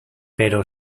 pero